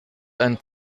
ein